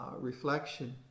Reflection